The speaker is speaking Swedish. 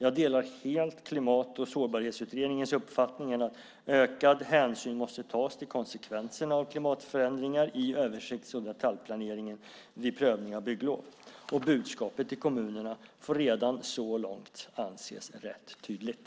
Jag delar helt Klimat och sårbarhetsutredningens uppfattning att ökad hänsyn måste tas till konsekvenserna av klimatförändringar i översikts och detaljplaneringen och vid prövning av bygglov. Budskapet till kommunerna får redan så långt anses rätt tydligt.